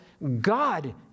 God